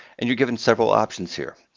and you're given several options here.